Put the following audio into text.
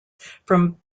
from